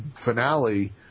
finale